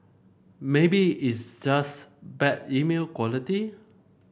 maybe it's just bad email quality